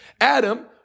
Adam